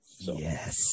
yes